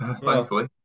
thankfully